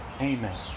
Amen